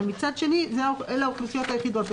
אבל מצד שני אלה האוכלוסיות היחידות,